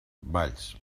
valls